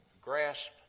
grasp